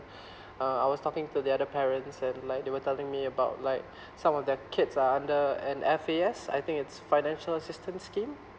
uh I was talking to the other parents and like they were telling me about like some of their kids are under an F_A_S I think it's financial assistance scheme